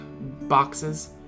boxes